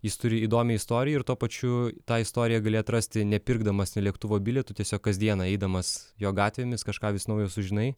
jis turi įdomią istoriją ir tuo pačiu tą istoriją gali atrasti nepirkdamas lėktuvo bilietų tiesiog kasdieną eidamas jo gatvėmis kažką vis naujo sužinai